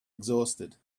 exhausted